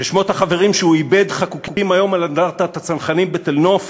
ששמות החברים שהוא איבד חקוקים היום על אנדרטת הצנחנים בתל-נוף